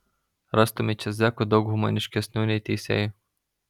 rastumei čia zekų daug humaniškesnių nei teisėjų